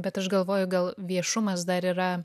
bet aš galvoju gal viešumas dar yra